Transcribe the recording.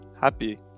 happy